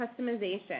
customization